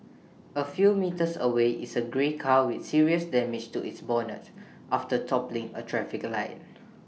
A few metres away is A grey car with serious damage to its bonnet after toppling A traffic light